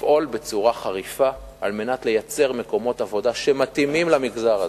לפעול בצורה חריפה על מנת לייצר מקומות עבודה שמתאימים למגזר זה.